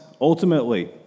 ultimately